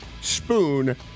spoon